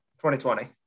2020